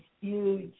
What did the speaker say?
huge